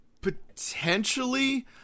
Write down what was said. Potentially